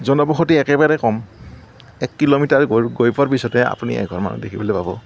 জনবসতি একেবাৰে কম এক কিলোমিটাৰ গৈ পোৱাৰ পিছতে আপুনি এঘৰ মানুহ দেখিবলৈ পাব